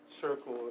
circle